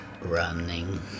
Running